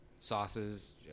sauces